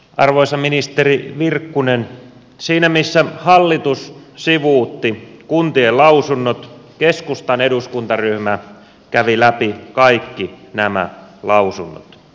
arvoisa ministeri virkkunen siinä missä hallitus sivuutti kuntien lausunnot keskustan eduskuntaryhmä kävi läpi kaikki nämä lausunnot